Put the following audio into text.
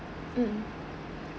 mm